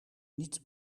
niet